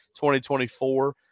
2024